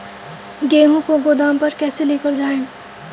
गेहूँ को गोदाम पर कैसे लेकर जाएँ?